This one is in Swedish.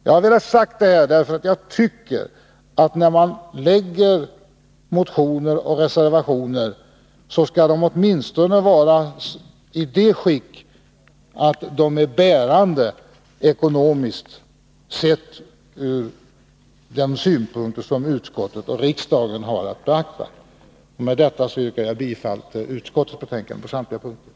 Jag har velat säga detta, eftersom jag anser att motioner och reservationer åtminstone skall vara i sådant skick att de är bärande ekonomiskt, sedda ur den synpunkt från vilken utskottet och riksdagen har att beakta dem. Med detta yrkar jag bifall till utskottets hemställan på samtliga punkter.